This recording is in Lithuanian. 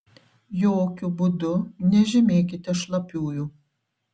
jokiu būdu nežymėkite šlapiųjų